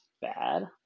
bad